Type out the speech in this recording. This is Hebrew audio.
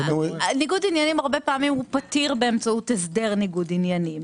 ניגוד עניינים הרבה פעמים פתיר באמצעות הסדר ניגוד עניינים.